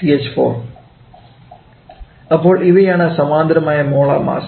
60 🡪CH4 അപ്പോൾ ഇവയാണ് സമാന്തരമായ മോളാർ മാസ്സ്